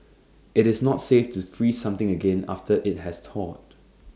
IT is not safe to freeze something again after IT has thawed